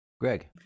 Greg